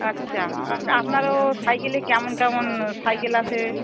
আচ্ছা আপ আপনার ও সাইকেলে কেমন কেমন সাইকেল আছে